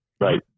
right